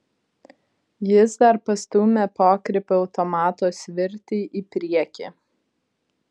jis dar pastūmė pokrypio automato svirtį į priekį